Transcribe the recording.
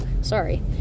Sorry